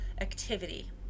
activity